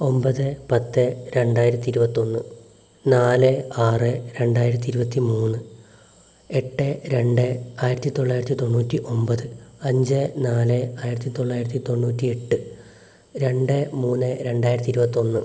ഒൻപത് പത്ത് രണ്ടായിരത്തി ഇരുവത്തൊന്ന് നാലേ ആറേ രണ്ടായിരത്തി ഇരുപത്തിമൂന്ന് എട്ട് രണ്ട് ആയിരത്തിതൊള്ളായിരത്തി തൊണ്ണൂറ്റി ഒൻപത് അഞ്ച് നാല് ആയിരത്തിത്തൊള്ളായിരത്തി തൊണ്ണൂറ്റി എട്ട് രണ്ട് മൂന്ന് രണ്ടായിരത്തി ഇരുപത്തൊന്ന്